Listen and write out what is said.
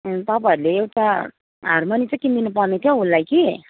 तपाईँहरूले एउटा हार्मोनियम चाहिँ किनिदिनु पर्ने थियो हौ उसलाई कि